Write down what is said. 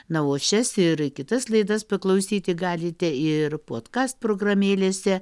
na o šias ir kitas laidas paklausyti galite ir potkast programėlėse